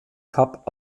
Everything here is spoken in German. cup